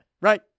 right